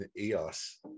EOS